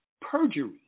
perjury